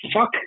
fuck